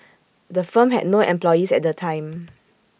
the firm had no employees at the time